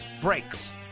breaks